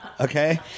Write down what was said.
okay